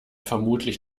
vermutlich